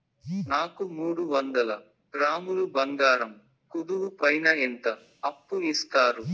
నాకు మూడు వందల గ్రాములు బంగారం కుదువు పైన ఎంత అప్పు ఇస్తారు?